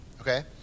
okay